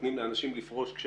נותנים לאנשים לפרוש,